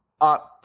up